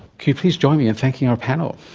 can you please join me in thanking our panel?